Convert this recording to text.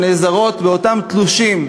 שנעזרות באותם תלושים,